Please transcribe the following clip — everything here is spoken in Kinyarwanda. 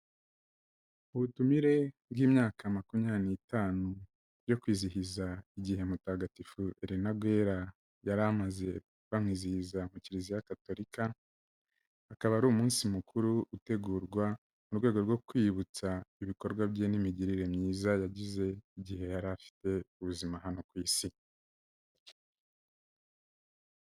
Ubutumire bw'imyaka makumyabiri n'itanu, yo kwizihiza igihe mutagatifu Elena Guerra yari amaze bamwizihiza mu Kiliziya Gatolika, akaba ari umunsi mukuru utegurwa mu rwego rwo kwiyibutsa ibikorwa bye n'imigirire myiza yagize, igihe yari afite ubuzima hano ku Isi.